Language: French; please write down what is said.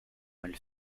mal